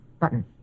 Button